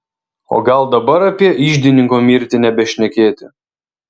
o gal dabar apie iždininko mirtį nebešnekėti